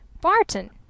Barton